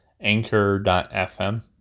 anchor.fm